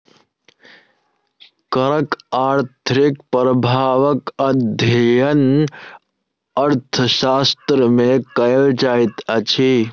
करक आर्थिक प्रभावक अध्ययन अर्थशास्त्र मे कयल जाइत अछि